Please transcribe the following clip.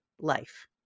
life